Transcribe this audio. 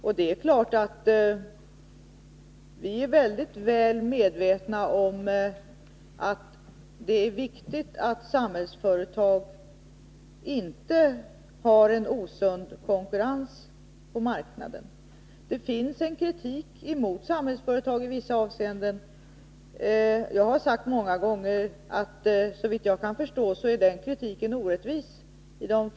Vi är självfallet mycket medvetna om att det är viktigt att Samhällsföretag inte innebär osund konkurrens på marknaden. Det finns en kritik mot Samhällsföretag i vissa avseenden. Såvitt jag kan förstå är den kritiken orättvis i de flesta fall, och det har jag sagt många gånger.